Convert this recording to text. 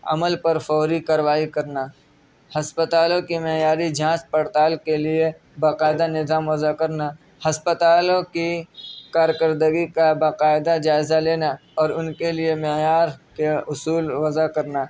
عمل پر فوری کارروائی کرنا ہسپتالوں کی معیاری جانچ پڑتال کے لیے باقاعدہ نظام وضع کرنا ہسپتالوں کی کارکردگی کا باقاعدہ جائزہ لینا اور ان کے لیے معیار کے اصول وضع کرنا